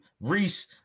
Reese